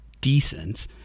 decent